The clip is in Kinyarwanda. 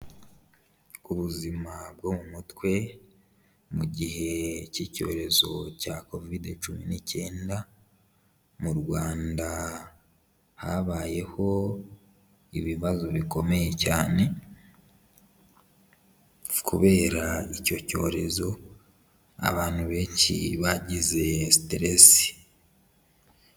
Ubuzima bwo mu mutwe mu gihe cy'icyorezo cya covid cumi n'icyenda, mu Rwanda habayeho ibibazo bikomeye cyane, kubera icyo cyorezo abantu benshi bagize siteresi.